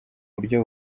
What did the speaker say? buryo